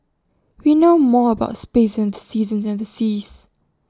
we know more about space than the seasons and the seas